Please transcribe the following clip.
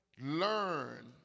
Learn